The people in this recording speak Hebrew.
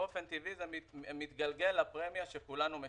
באופן טבעי זה מתגלגל לפרמיה שכולנו משלמים.